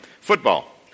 Football